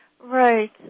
Right